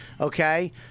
okay